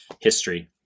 history